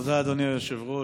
תודה, אדוני היושב-ראש.